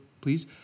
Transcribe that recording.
please